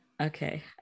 okay